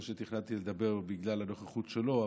לא שתכננתי לדבר בגלל הנוכחות שלו,